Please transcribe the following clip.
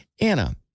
Anna